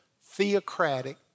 theocratic